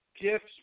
gifts